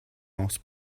horse